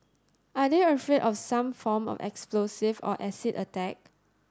are they afraid of some form of explosive or acid attack